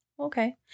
Okay